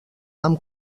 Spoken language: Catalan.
amb